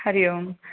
Hari Om